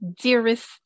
dearest